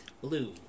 blue